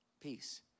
peace